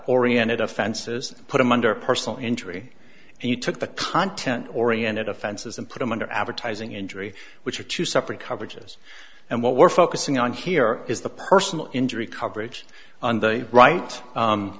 oriented offenses put them under personal injury and you took the content oriented offenses and put them under advertising injury which are two separate coverages and what we're focusing on here is the personal injury coverage on the right